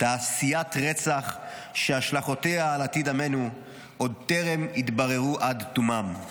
תעשיית רצח שהשלכותיה על עתיד עמנו עוד טרם התבררו עד תומן.